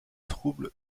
troubles